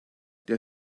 der